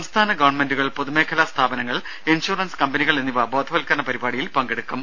സംസ്ഥാന ഗവൺമെന്റുകൾ പൊതുമേഖലാ സ്ഥാപനങ്ങൾ ഇൻഷുറൻസ് കമ്പനികൾ എന്നിവ ബോധവൽക്കരണ പരിപാടിയിൽ പങ്കെടുക്കും